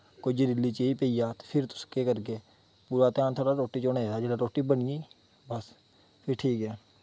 कोई जरीली चीज पेई जां ते फिर तुस केह् करगे पूरा ध्यान थोआढ़ा रोटी च होना चाहिदा जिसलै रोटी बनी बस फिर ठीक ऐ